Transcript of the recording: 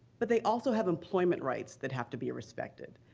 but they also have employment rights that have to be respected.